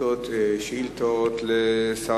לשר